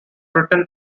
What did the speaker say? written